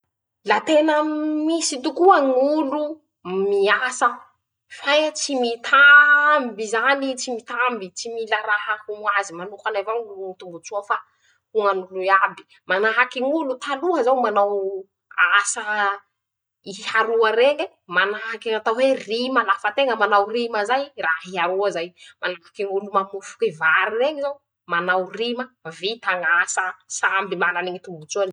La tena <...> misy tokoa ñ'olo miasa fe tsy mitaamby zany ii tsy mitamby, tsy mila raha ho ñ'azy manokany avao ñy tombotsoa fa ho ñan'olo iaby. Manahaky ñ'olo taloha zao manaoo asa, hiaroa reñe, manahaky ñatao hoe "rima"; lafa teña manao rima zay raha hiaroa zay, manahaky olo mamofoky vary reñy zao, manao rima, vita ñ'asa, samby mana ñy tombotsoany.